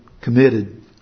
committed